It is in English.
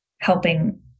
helping